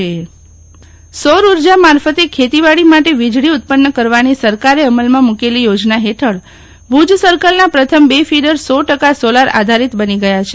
શીતલ વૈશ્નવ ભુજ ખાતે solar feeder સૌરઊર્જા મારફતે ખેતીવાડી માટે વીજળી ઉત્પન્ન કરવાની સરકારે અમલમાં મૂકેલી યોજના ફેઠળ ભુજ સર્કલના પ્રથમ બે ફીડર સો ટકા સોલાર આધારિત બની ગયા છે